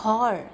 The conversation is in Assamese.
ঘৰ